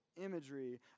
imagery